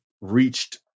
reached